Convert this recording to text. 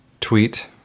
tweet